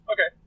Okay